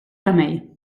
remei